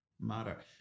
matter